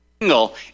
single